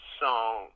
song